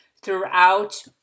throughout